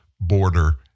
border